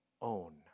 own